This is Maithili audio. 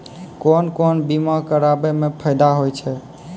कोन कोन बीमा कराबै मे फायदा होय होय छै?